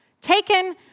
taken